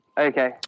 Okay